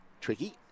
tricky